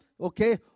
Okay